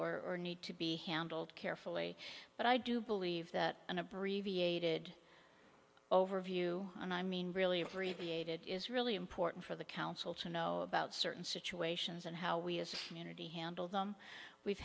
or need to be handled carefully but i do believe that an abbreviated overview and i mean really appreciated it is really important for the council to know about certain situations and how we as a community handle them we've